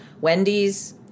Wendy's